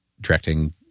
directing